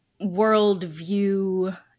worldview